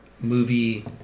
movie